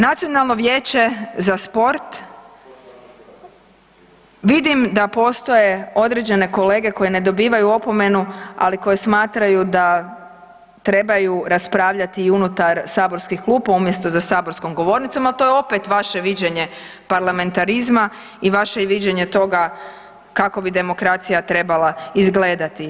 Nacionalno vijeće za sport vidim da postoje određene kolege koje ne dobivaju opomenu ali koje smatraju da trebaju raspravljati i unutar saborskih klupa umjesto za saborskom govornicom, ali to je opet vaše viđenje parlamentarizma i vaše viđenje toga kako bi demokracija trebala izgledati.